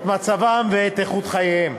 את מצבם ואת איכות חייהם.